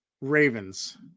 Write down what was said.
Ravens